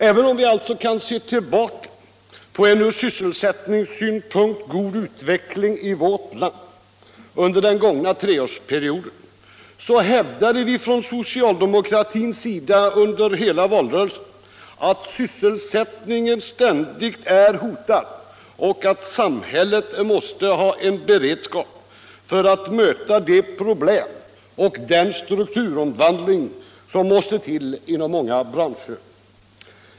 Även om vi alltså kan se tillbaka på en från sysselsättningssynpunkt god utveckling i vårt land under den gångna treårsperioden, hävdade vi från socialdemokratins sida under hela valrörelsen att sysselsättningen ständigt är hotad och att samhället måste ha en beredskap för att möta de problem och den strukturomvandling som måste till inom många branscher.